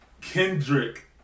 Kendrick